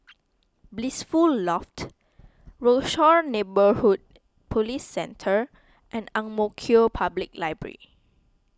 Blissful Loft Rochor Neighborhood Police Centre and Ang Mo Kio Public Library